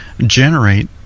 generate